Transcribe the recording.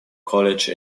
college